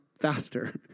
faster